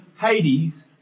Hades